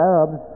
Arabs